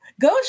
Go